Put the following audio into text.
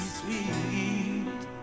sweet